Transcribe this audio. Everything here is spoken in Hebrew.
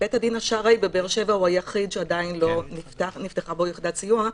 בית הדין השרעי בבאר שבע הוא היחיד שעדיין לא נפתחה בו יחידת סיוע.